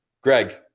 Greg